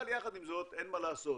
אבל יחד עם זאת אין מה לעשות,